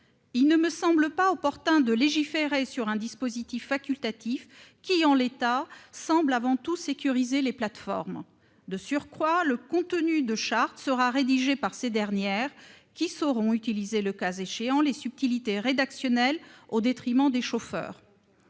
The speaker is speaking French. Il ne semble pas opportun de légiférer sur un dispositif facultatif qui, en l'état, semble avant tout sécuriser les plateformes. De surcroît, le contenu des chartes sera rédigé par ces dernières, qui sauront utiliser, le cas échéant, les subtilités rédactionnelles au détriment des chauffeurs.